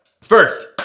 First